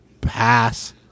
pass